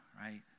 right